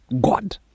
God